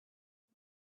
and